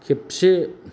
खेबसे